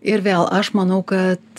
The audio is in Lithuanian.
ir vėl aš manau kad